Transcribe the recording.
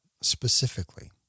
specifically